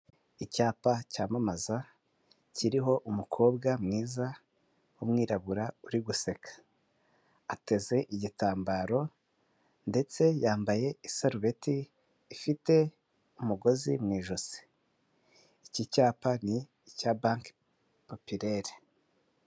Icyapa cyamamaza kiriho umukobwa mwiza w'umwirabura uri guseka. Ateze igitambaro ndetse yambaye isarubeti ifite umugozi mu ijosi. Iki cyapa ni icya banki popirere.